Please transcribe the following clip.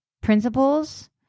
principles